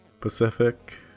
Pacific